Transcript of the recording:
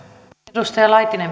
arvoisa